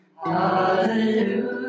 hallelujah